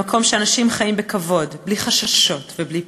למקום שאנשים חיים בו בכבוד, בלי חששות ובלי פחד.